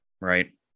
Right